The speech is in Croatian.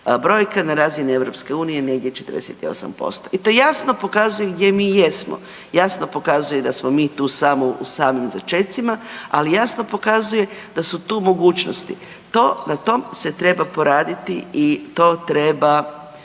Brojka na razini EU negdje 48% i to jasno pokazuje gdje mi jesmo. Jasno pokazuje da smo mi tu samo, u samim začecima, ali jasno pokazuje da su tu mogućnosti. To, na tom se treba poraditi i to treba